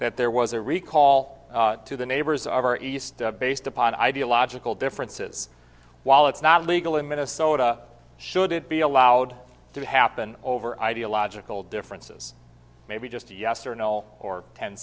that there was a recall to the neighbors are east based upon ideological differences while it's not legal in minnesota should it be allowed to happen over ideological differences maybe just a yes or no or ten